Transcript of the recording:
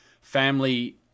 family